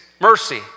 mercy